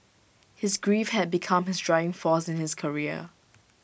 his grief had become his driving force in his career